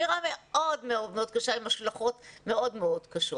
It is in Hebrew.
אמירה מאוד מאוד קשה עם השלכות מאוד קשות.